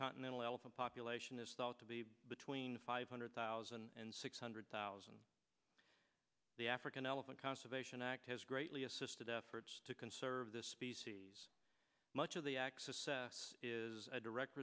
continental elephant population is thought to be between five hundred thousand and six hundred thousand the african elephant conservation act has greatly assisted efforts to conserve this species much of the axis is a direct